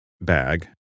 bag